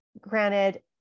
granted